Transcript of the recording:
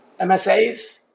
MSAs